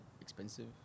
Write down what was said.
expensive